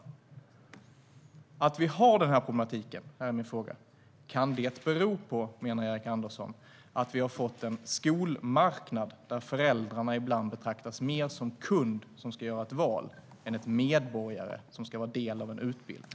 Min fråga när det gäller att vi har denna problematik är: Menar Erik Andersson att detta kan bero på att vi har fått en skolmarknad där föräldrarna ibland betraktas mer som en kund som ska göra ett val än som en medborgare som ska vara en del av en utbildning?